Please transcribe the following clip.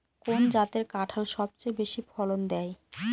কোন জাতের কাঁঠাল সবচেয়ে বেশি ফলন দেয়?